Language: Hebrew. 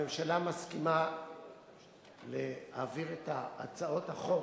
הממשלה מסכימה להעביר את הצעות החוק